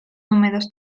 húmedos